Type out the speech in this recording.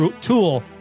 tool